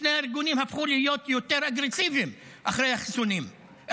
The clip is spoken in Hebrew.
שני הארגונים הפכו להיות יותר אגרסיביים אחרי החיסולים.